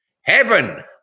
heaven